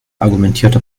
argumentierte